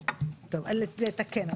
לתקן.